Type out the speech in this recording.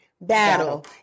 Battle